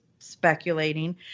speculating